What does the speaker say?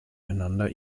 einander